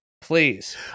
Please